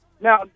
Now